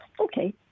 Okay